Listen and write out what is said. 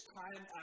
time